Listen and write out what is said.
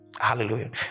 Hallelujah